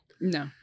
No